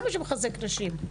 זה מה שמחזק נשים,